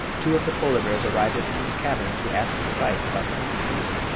two of the polar bears arrived at the king's cavern to ask his advice about the hunting season.